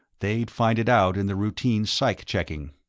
they'd find it out in the routine psych-checking.